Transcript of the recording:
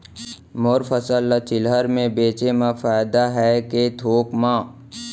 मोर फसल ल चिल्हर में बेचे म फायदा है के थोक म?